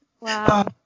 Wow